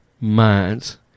minds